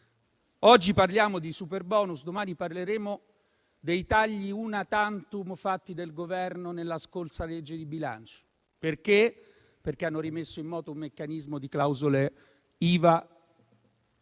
Oggi parliamo di superbonus, domani parleremo dei tagli *una tantum* fatti dal Governo nella scorsa legge di bilancio, perché hanno rimesso in moto un meccanismo di clausole IVA